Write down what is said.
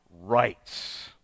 rights